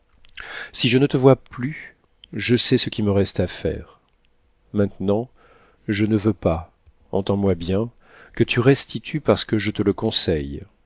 si je ne te vois plus je sais ce qui me reste à faire maintenant je ne veux pas entends moi bien que tu restitues parce que je te le conseille